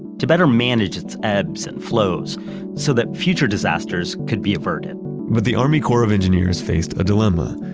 to better manage its ebbs and flows so that future disasters could be averted but the army corps of engineers faced a dilemma.